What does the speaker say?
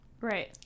Right